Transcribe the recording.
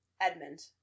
Edmund